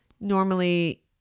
normally